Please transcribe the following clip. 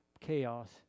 chaos